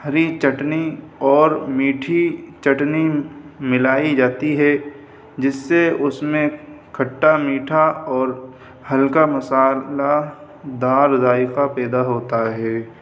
ہری چٹنی اور میٹھی چٹنی ملائی جاتی ہے جس سے اس میں کٹھا میٹھا اور ہلکا مصالحےدار ذائقہ پیدا ہوتا ہے